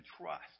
trust